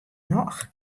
noch